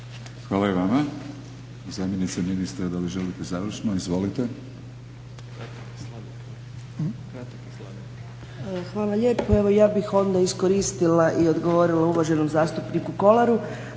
Hvala i vama. Zamjenice ministra da li želite završno? Izvolite. **Mrak-Taritaš, Anka** Hvala lijepo. Evo, ja bih onda iskoristila i odgovorila uvaženom zastupniku Kolaru.